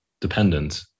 dependent